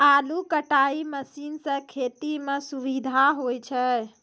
आलू कटाई मसीन सें खेती म सुबिधा होय छै